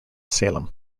salem